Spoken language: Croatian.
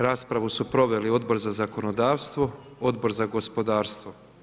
Raspravu su proveli Odbor za zakonodavstvo, Odbor za gospodarstvo.